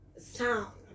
sound